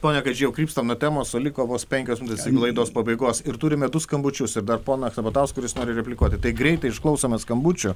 pone kadžy jau krypstam nuo temos o liko vos penkios minutės iki laidos pabaigos ir turime du skambučius ir dar poną sabatauską kuris nori replikuoti tai greitai išklausome skambučių